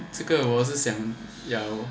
这个我是想